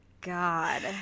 god